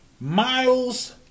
Miles